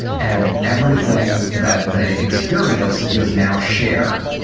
and everything that they experience is now shared.